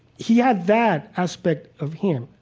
he had that aspect of him.